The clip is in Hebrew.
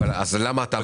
אז למה אתה מדבר?